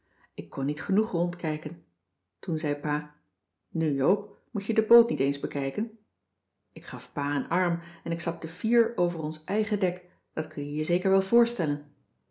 ik kon niet genoeg rondkijken toen zei pa nu joop moet je de boot niet eens bekijken ik gaf pa een arm en ik stapte fier over ons eigen dek dat kun je je zeker wel voorstellen